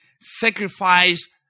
sacrifice